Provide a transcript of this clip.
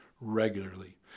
regularly